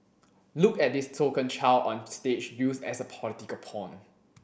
look at this token child on stage used as a political pawn